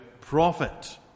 prophet